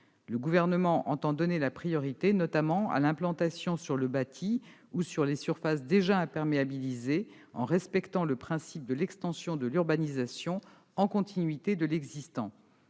Le Gouvernement entend donner la priorité, notamment, à l'implantation sur le bâti ou sur les surfaces déjà imperméabilisées, en respectant le principe de l'extension de l'urbanisation en continuité avec l'existant.